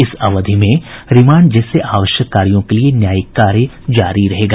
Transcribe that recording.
इस अवधि में रिमांड जैसे आवश्यक कार्यो के लिये न्यायिक कार्य जारी रहेगा